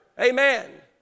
Amen